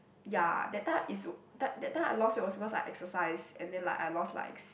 ya that time is that that time I lost weight was because I exercise and then like I lost likes